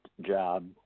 job